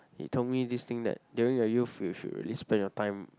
he told me this thing that during your youth you should really spend your time